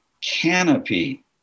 canopy